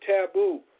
taboo